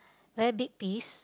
very big piece